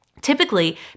Typically